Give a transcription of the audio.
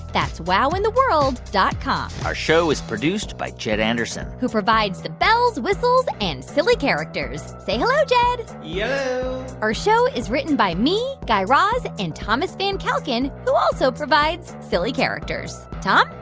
that's wowintheworld dot com our show is produced by jed anderson who provides the bells, whistles and silly characters. say hello, jed yello yeah our show is written by me, guy raz and thomas van kalken, who also provides silly characters. tom?